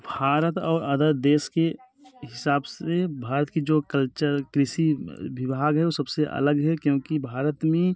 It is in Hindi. भारत और अदर देश के हिसाब से भारत का जो कल्चर कृषि विभाग है वो सब से अलग है क्योंकि भारत में